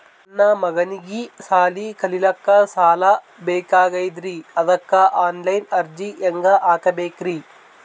ನನ್ನ ಮಗನಿಗಿ ಸಾಲಿ ಕಲಿಲಕ್ಕ ಸಾಲ ಬೇಕಾಗ್ಯದ್ರಿ ಅದಕ್ಕ ಆನ್ ಲೈನ್ ಅರ್ಜಿ ಹೆಂಗ ಹಾಕಬೇಕ್ರಿ?